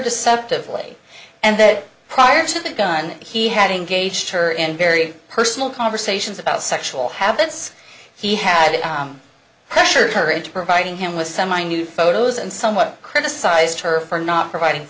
deceptive way and that prior to the gun he had engaged her and very personal conversations about sexual habits he had it on pressured her into providing him with seminude photos and somewhat criticized her for not providing